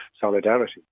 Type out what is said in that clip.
solidarity